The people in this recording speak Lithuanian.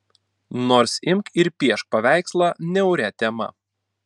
nors imk ir piešk paveikslą niauria tema